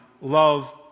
love